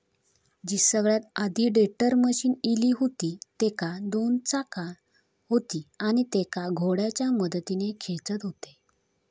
जी सगळ्यात आधी tedder machine इली हुती तेका दोन चाका हुती आणि तेका घोड्याच्या मदतीन खेचत हुते